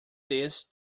this